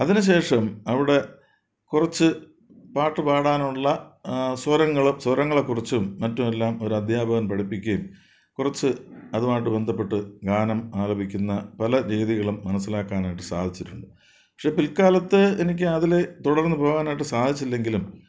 അതിന് ശേഷം അവിടെ കുറച്ച് പാട്ട് പാടാനുള്ള സ്വരങ്ങളും സ്വരങ്ങളെക്കുറിച്ചും മറ്റുമെല്ലാം ഒരു അധ്യാപകൻ പഠിപ്പിക്കുവേം കുറച്ച് അതുമായിട്ട് ബന്ധപ്പെട്ട് ഗാനം ആലപിക്കുന്ന പല വേദികളും മനസ്സിലാക്കാനായിട്ട് സാധിച്ചിട്ടുണ്ട് പക്ഷേ പിൽക്കാലത്ത് എനിക്കതിൽ തുടർന്ന് പോവാനായിട്ട് സാധിച്ചില്ലെങ്കിലും